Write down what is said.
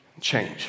change